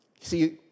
see